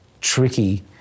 tricky